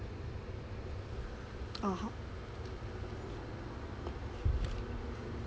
(uh huh)